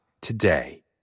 today